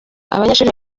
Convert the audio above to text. abanyeshuri